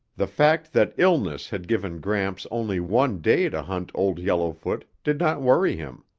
the fact that illness had given gramps only one day to hunt old yellowfoot did not worry him.